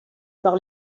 par